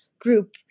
group